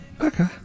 Okay